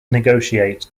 negotiate